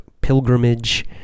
pilgrimage